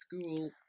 school